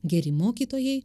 geri mokytojai